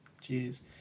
cheers